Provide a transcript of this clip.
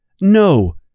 No